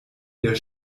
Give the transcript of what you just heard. der